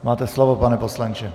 Máte slovo, pane poslanče.